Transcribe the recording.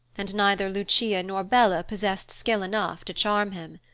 and neither lucia nor bella possessed skill enough to charm him.